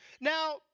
Now